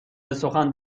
بسخن